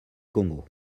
congo